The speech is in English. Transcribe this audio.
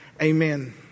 Amen